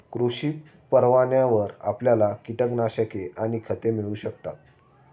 कृषी परवान्यावर आपल्याला कीटकनाशके आणि खते मिळू शकतात